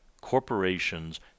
corporations